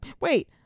Wait